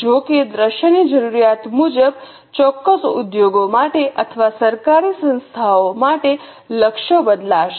જો કે દૃશ્યની જરૂરિયાત મુજબ ચોક્કસ ઉદ્યોગો માટે અથવા સરકારી સંસ્થાઓ માટે લક્ષ્યો બદલાશે